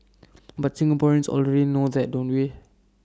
but Singaporeans already know that don't we